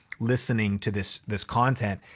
listening to this this content.